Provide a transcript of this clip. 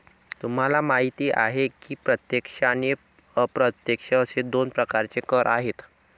तुम्हाला माहिती आहे की प्रत्यक्ष आणि अप्रत्यक्ष असे दोन प्रकारचे कर आहेत